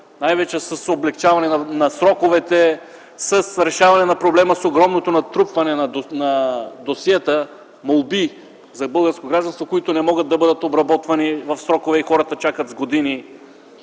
(най-вече с облекчаване на сроковете, с решаване на проблема с огромното натрупване на досиета, молби за българско гражданство, които не могат да бъдат обработвани в срок и хората чакат с години).